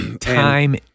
time